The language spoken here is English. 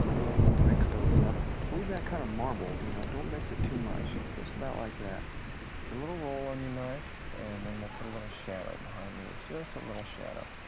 and we'll mix those up. leave that kind of marbled, you know don't mix it too much. just about like that. get a little roll on your knife and then we'll put a little shadow behind these, just a little shadow.